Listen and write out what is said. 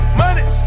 money